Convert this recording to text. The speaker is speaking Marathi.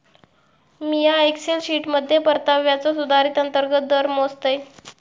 मिया एक्सेल शीटमध्ये परताव्याचो सुधारित अंतर्गत दर मोजतय